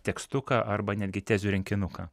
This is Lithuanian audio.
tekstuką arba netgi tezių rinkinuką